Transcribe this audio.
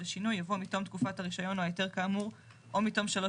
השינוי" יבוא "מתום תקופת הרישיון או ההיתר כאמור או מתום שלוש